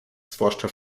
zwłaszcza